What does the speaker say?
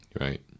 Right